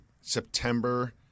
September